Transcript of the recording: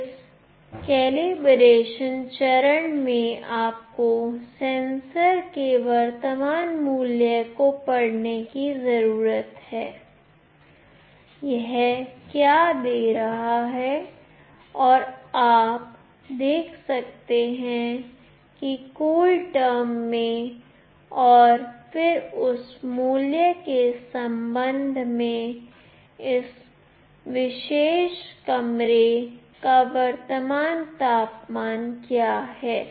इस कलीब्रेशन चरण में आपको सेंसर के वर्तमान मूल्य को पढ़ने की जरूरत है यह क्या दे रहा है और आप देख सकते हैं कि कूल टर्म में और फिर उस मूल्य के संबंध में इस विशेष कमरे का वर्तमान तापमान क्या है